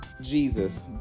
Jesus